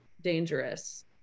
dangerous